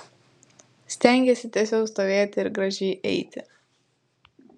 stengiesi tiesiau stovėti ir gražiai eiti